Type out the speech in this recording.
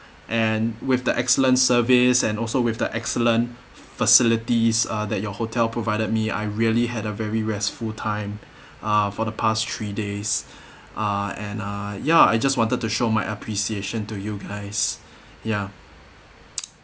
and with the excellent service and also with the excellent facilities uh that your hotel provided me I really had a very restful time uh for the past three days uh and uh ya I just wanted to show my appreciation to you guys ya